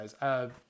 guys